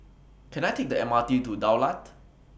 Can I Take The M R T to The Daulat